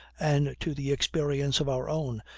and to the experience of our own,